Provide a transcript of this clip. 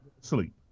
sleep